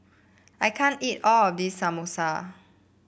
I can't eat all of this Samosa